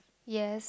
yes